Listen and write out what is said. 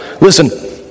listen